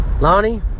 Lonnie